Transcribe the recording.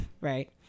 right